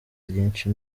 ryinshi